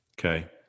okay